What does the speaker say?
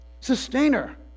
sustainer